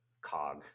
cog